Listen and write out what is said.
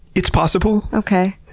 it's possible. okay,